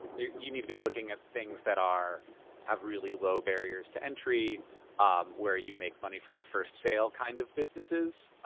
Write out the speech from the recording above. you you need to be looking at things that have really low barriers to entry where you make money from the first sale kind of businesses.